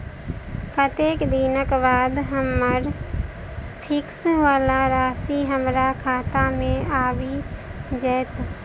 कत्तेक दिनक बाद हम्मर फिक्स वला राशि हमरा खाता मे आबि जैत?